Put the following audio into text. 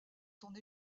son